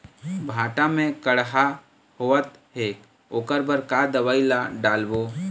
भांटा मे कड़हा होअत हे ओकर बर का दवई ला डालबो?